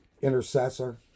intercessor